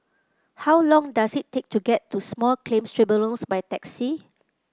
how long does it take to get to Small Claims Tribunals by taxi